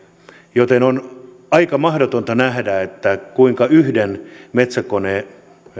joten on aika mahdotonta nähdä kuinka yhden metsäkoneen